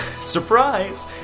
surprise